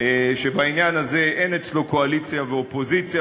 שבעניין הזה אין אצלו קואליציה ואופוזיציה,